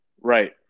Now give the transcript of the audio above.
Right